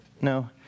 no